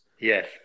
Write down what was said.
Yes